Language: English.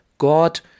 God